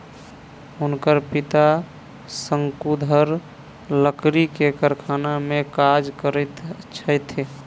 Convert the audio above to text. हुनकर पिता शंकुधर लकड़ी के कारखाना में काज करैत छथि